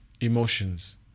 emotions